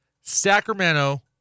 Sacramento